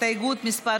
הסתייגות מס'